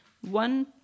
one